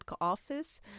office